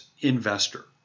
investor